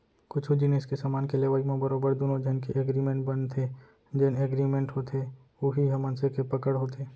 कुछु जिनिस के समान के लेवई म बरोबर दुनो झन के एगरिमेंट बनथे जेन एगरिमेंट होथे उही ह मनसे के पकड़ होथे